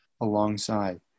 alongside